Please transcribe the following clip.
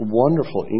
wonderful